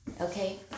Okay